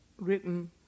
written